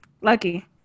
Lucky